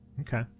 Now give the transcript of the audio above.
Okay